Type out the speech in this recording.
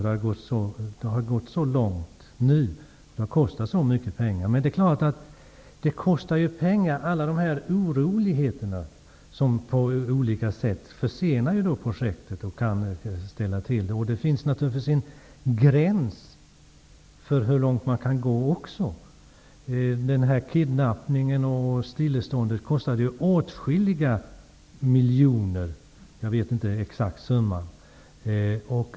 Det har kommit långt och har kostat mycket pengar. Alla dessa oroligheter som försenar projektet kostar pengar. Det finns naturligtvis en gräns för hur långt man kan gå. Kidnappningen och stilleståndet kostade åtskilliga miljoner -- jag vet inte den exakta summan.